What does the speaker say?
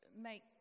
make